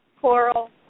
coral